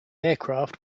aircraft